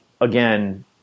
again